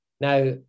Now